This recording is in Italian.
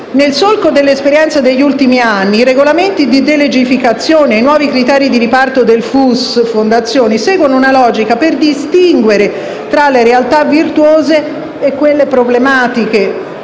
Nel solco dell'esperienza degli ultimi anni, i regolamenti di delegificazione e i nuovi criteri di riparto del FUS per le fondazioni seguono una logica volta a distinguere tra le realtà virtuose e quelle problematiche